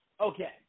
Okay